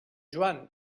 joan